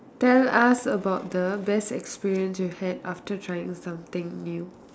tell us about the best experience you had after trying something new